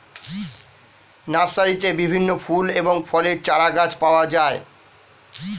নার্সারিতে বিভিন্ন ফুল এবং ফলের চারাগাছ পাওয়া যায়